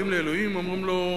באים לאלוהים ואומרים לו: